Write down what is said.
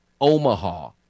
Omaha